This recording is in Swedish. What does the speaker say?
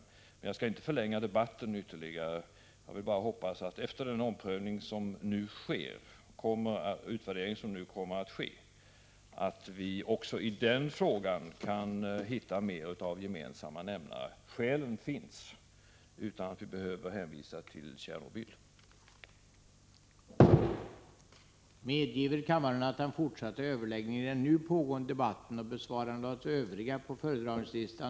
Jag skall emellertid inte förlänga debatten ytterligare utan vill bara uttrycka förhoppningen att vi efter den utvärdering som nu kommer att ske också i den här frågan skall kunna hitta mera av gemensamma nämnare. Det finns skäl att göra det, utan att göra någon hänvisning till Tjernobylolyckan.